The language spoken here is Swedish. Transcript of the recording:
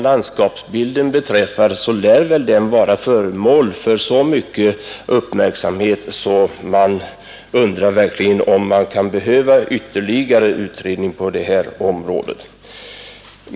Landskapsbilden lär väl vara föremål för så mycken uppmärksamhet att man verkligen undrar om det kan behövas ytterligare utredning på det området.